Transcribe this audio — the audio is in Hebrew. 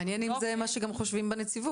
מעניין אם זה מה שחושבים גם בנציבות.